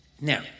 Now